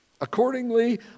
Accordingly